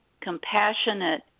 compassionate